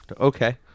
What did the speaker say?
Okay